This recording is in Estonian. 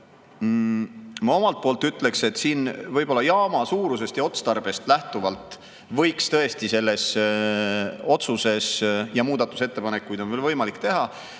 Ma omalt poolt ütleks, et siin võib-olla jaama suurusest ja otstarbest lähtuvalt võiks tõesti selles otsuses – muudatusettepanekuid on veel võimalik teha